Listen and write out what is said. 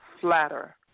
flatter